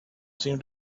seemed